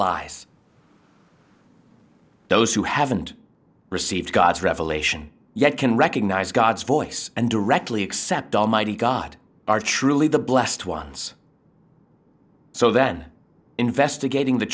lies those who haven't received god's revelation yet can recognize god's voice and directly accept almighty god are truly the blessed ones so then investigating the